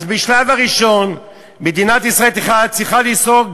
אז בשלב הראשון מדינת ישראל צריכה לסגת